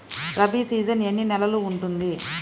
Rabi season ఎన్ని నెలలు ఉంటుంది?